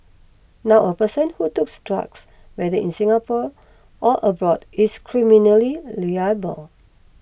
now a person who tooks drugs whether in Singapore or abroad is criminally reliable